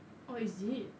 or is it